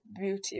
beauty